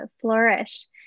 flourish